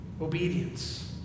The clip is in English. Obedience